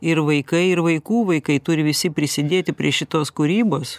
ir vaikai ir vaikų vaikai turi visi prisidėti prie šitos kūrybos